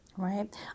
Right